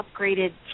upgraded